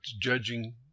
judging